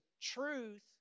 truth